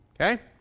okay